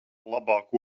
labāk